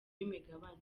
imigabane